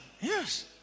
Yes